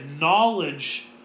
knowledge